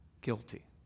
guilty